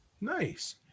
Nice